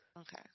Okay